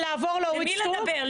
למי לדבר?